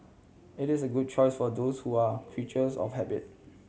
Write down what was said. it is a good choice for those who are creatures of habit